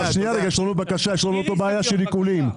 יש לנו פה בעיה של עיקולים.